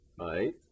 right